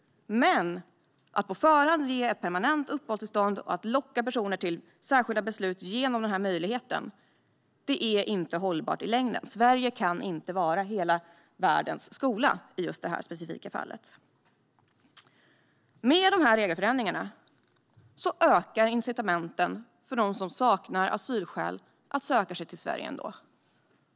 Men att på förhand ge permanent uppehållstillstånd, att locka personer till särskilda beslut genom den här möjligheten, är inte hållbart i längden. Sverige kan inte vara hela världens skola, i just det här specifika fallet. Med de här regelförändringarna ökar incitamenten för dem som saknar asylskäl att ändå söka sig Sverige.